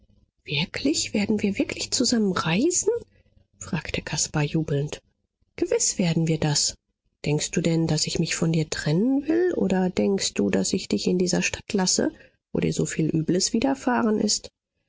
wirklich werden wir wirklich zusammen reisen fragte caspar jubelnd gewiß werden wir das denkst du denn daß ich mich von dir trennen will oder denkst du daß ich dich in dieser stadt lasse wo dir so viel übles widerfahren ist